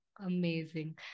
Amazing